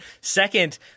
Second